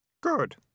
Good